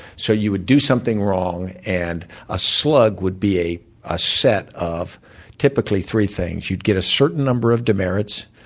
so you would do something wrong and a slug would be a a set of typically three things you'd get a certain number of demerits,